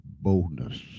boldness